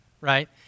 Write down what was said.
right